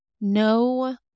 no